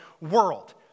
world